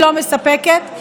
לא מספקת,